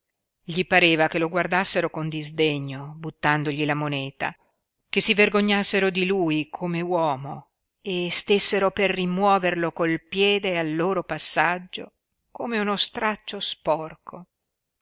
gli pareva che lo guardassero con disdegno buttandogli la moneta che si vergognassero di lui come uomo e stessero per rimuoverlo col piede al loro passaggio come uno straccio sporco